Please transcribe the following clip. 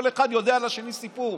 כל אחד יודע על השני סיפור.